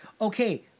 Okay